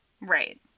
Right